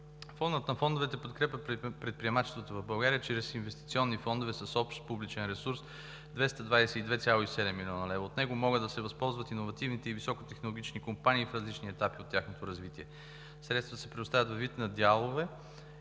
Фондът на фондовете подкрепя предприемачеството в България чрез инвестиционни фондове с общ публичен ресурс от 222,7 млн. лв. От него могат да се възползват иновативните и високотехнологичните компании в различни етапи на тяхното развитие. Средствата са предоставени във вид на дялово